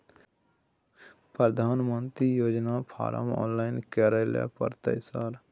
प्रधानमंत्री योजना form online करैले परतै सर?